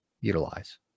utilize